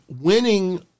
winning